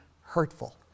hurtful